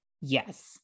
Yes